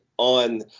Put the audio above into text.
On